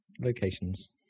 locations